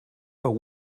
but